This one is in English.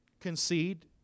concede